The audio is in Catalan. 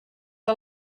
que